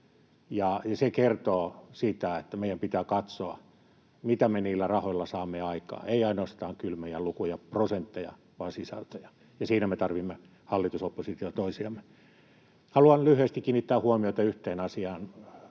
se kertoo siitä, että meidän pitää katsoa, mitä me niillä rahoilla saamme aikaan — ei ainoastaan kylmiä lukuja ja prosentteja, vaan sisältöjä, ja siinä me tarvitsemme, hallitus ja oppositio, toisiamme. Haluan lyhyesti kiinnittää huomiota yhteen asiaan,